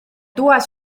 duos